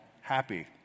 Happy